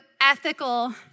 ethical